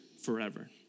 forever